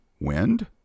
wind